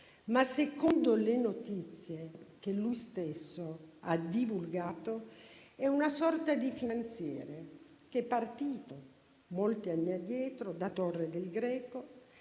Ma - secondo le notizie che lui stesso ha divulgato - è una sorta di finanziere che è partito molti anni addietro da Torre del Greco,